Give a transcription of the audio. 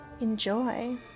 enjoy